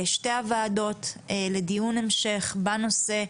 שי הוועדות, לדיון המשך בנושא.